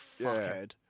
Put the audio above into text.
fuckhead